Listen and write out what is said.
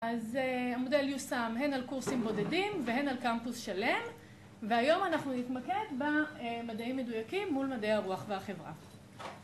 ‫אז המודל יושם הן על קורסים בודדים, ‫והן על קמפוס שלם, ‫והיום אנחנו נתמקד במדעים מדויקים ‫מול מדעי הרוח והחברה.